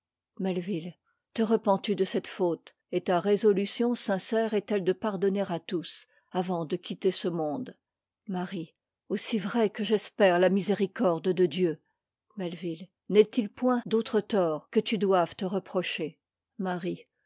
melvil te repens tu de cette faute et ta résolution sincère est-elle de pardonner à tous avant que de quitter ce monde marie aussi vrai que j'espère la miséricorde de dieu melvil nest if point d'autre tort que tu doives te reprocher marie